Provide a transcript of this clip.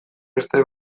beste